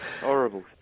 Horrible